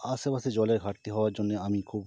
আশেপাশে জলের ঘাটতি হওয়ার জন্যে আমি খুব